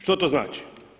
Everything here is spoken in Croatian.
Što to znači?